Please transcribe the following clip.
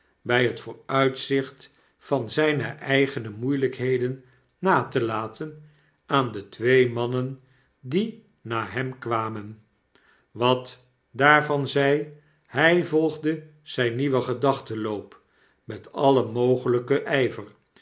by het vooruitzicht van zyne eigene moeielykheden na te laten aan de twee mannen die na hem kwamen wat daarvan zy hy volgde zijn nieuwen gedachtenloop met alien mogelyken yver